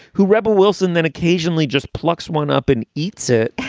who rebel wilson then occasionally just plucks one up and eats it.